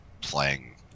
playing